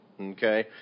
okay